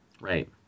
Right